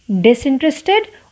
Disinterested